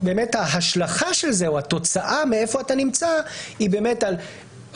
ההשלכה של זה או התוצאה איפה אתה נמצא היא רמת